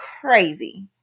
crazy